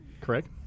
correct